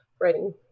writing